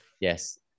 Yes